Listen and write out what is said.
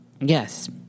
Yes